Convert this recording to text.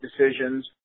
decisions